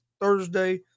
Thursday